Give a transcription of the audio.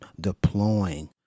deploying